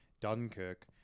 Dunkirk